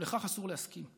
ולכך אסור להסכים.